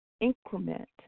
increment